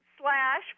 slash